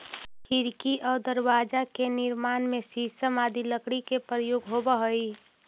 खिड़की आउ दरवाजा के निर्माण में शीशम आदि के लकड़ी के प्रयोग होवऽ हइ